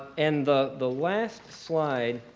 and the the last slide